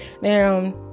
now